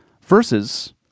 versus